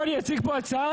פה אני אציע הצעה,